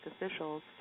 officials